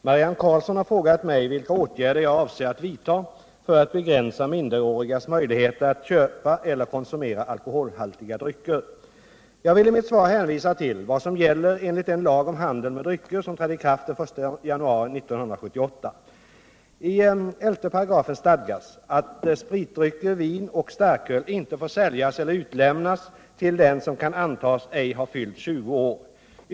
Herr talman! Marianne Karlsson har frågat mig vilka åtgärder jag avser att vidta för att begränsa minderårigas möjligheter att köpa eller konsumera alkoholhaltiga drycker. Jag vill i mitt svar hänvisa till vad som gäller enligt den lag om handel med drycker som trädde i kraft den 1 januari 1978. I 11 § stadgas att spritdrycker, vin och starköl inte får säljas eller utlämnas till den som kan antas ej ha fyllt 20 år.